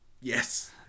Yes